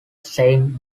saying